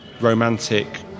romantic